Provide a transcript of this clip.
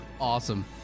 Awesome